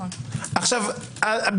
עבריינות מהסוג הזה וכפי שאתה אומר,